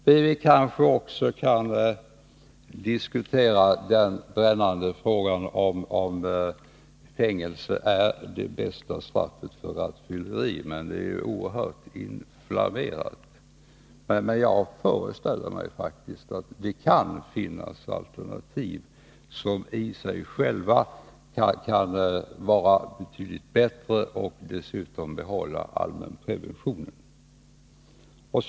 Vi kanske också kan diskutera den brännande frågan om fängelse är det bästa straffet för rattfylleri. Men det är en oerhört inflammerad fråga. Jag föreställer mig dock att det kan finnas alternativ som i sig själva faktiskt kan vara betydligt bättre samtidigt som de behåller den allmänpreventiva effekten.